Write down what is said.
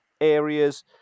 areas